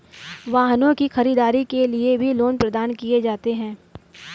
वाहनों की खरीददारी के लिये भी लोन प्रदान किये जाते हैं